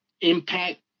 impact